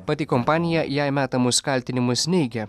pati kompanija jai metamus kaltinimus neigia